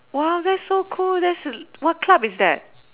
!wow! that's so cool that's a what club is that